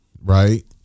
right